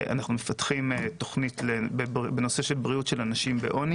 אנחנו מפתחים תוכנית בנושא בריאות של אנשים בעוני